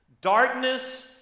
Darkness